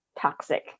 toxic